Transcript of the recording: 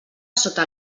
sota